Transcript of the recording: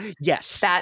Yes